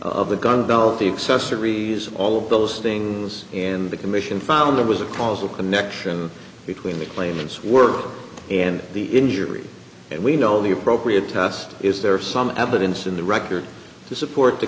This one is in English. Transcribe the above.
of the gun belt the accessories all of those things in the commission found there was a causal connection between the claims work and the injury and we know the appropriate test is there some evidence in the record to support the